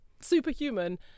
superhuman